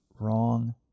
wrong